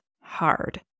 hard